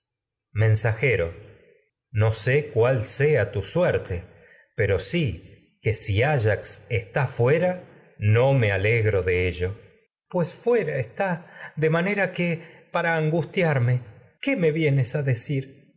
mensajero no sé cuál sea tu suerte pero sí que si áyax está fuera tecmesa pues no me fuera alegro de ello está de manera que para angustiarme qué me vienes a decir